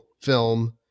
film